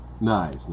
Nice